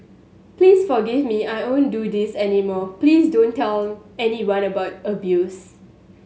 please forgive me I won't do this any more please don't tell anyone about the abuse